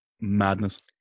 madness